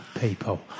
people